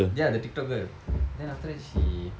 ya the TikTok girl then after that she